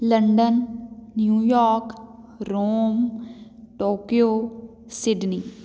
London New York Rome Tokyo Sydney